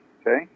okay